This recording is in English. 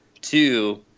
Two